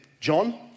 John